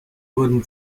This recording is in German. wurden